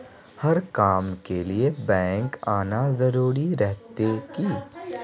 हर काम के लिए बैंक आना जरूरी रहते की?